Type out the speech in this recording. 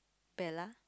Bella